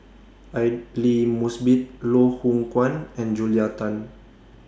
Aidli Mosbit Loh Hoong Kwan and Julia Tan